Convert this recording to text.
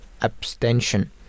abstention